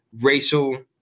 racial